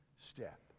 step